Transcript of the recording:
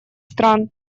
стран